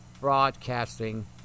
broadcasting